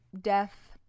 death